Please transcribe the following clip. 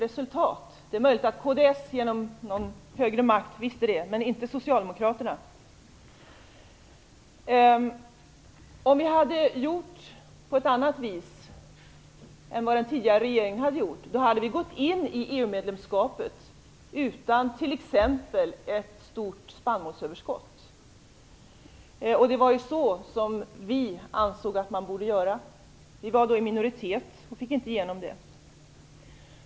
Det är möjligt att kds genom någon högre makt visste det, men inte Om vi hade gjort på ett annat sätt än vad den tidigare regeringen hade gjort, skulle vi ha gått in i EU-medlemskapet utan t.ex. ett stort spannmålsöverskott. Det var så vi ansåg att man borde göra. Vi var i minoritet och fick inte genom det.